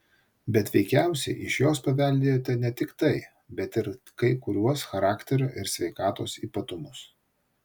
bet veikiausiai iš jos paveldėjote ne tik tai bet ir kai kuriuos charakterio ir sveikatos ypatumus